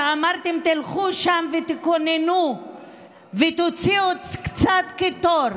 כשאמרתם: תלכו שם ותקוננו ותוציאו קצת קיטור,